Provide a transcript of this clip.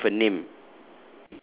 it's stated with a name